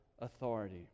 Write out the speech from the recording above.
authority